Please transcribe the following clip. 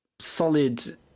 solid